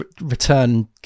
return